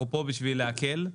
כדי להקל,